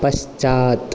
पश्चात्